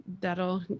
that'll